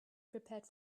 prepared